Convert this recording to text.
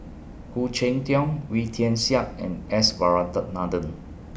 Khoo Cheng Tiong Wee Tian Siak and S Varathan